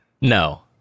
no